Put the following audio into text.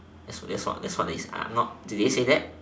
that's that's what that's what they sa~ I'm not did they say that